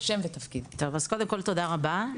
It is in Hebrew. תודה רבה.